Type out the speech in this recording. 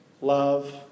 Love